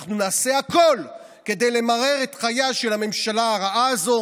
אנחנו נעשה הכול כדי למרר את חייה של הממשלה הרעה הזו,